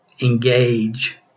engage